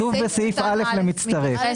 בסעיף (א) כתוב למצטרף,